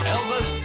Elvis